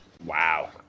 Wow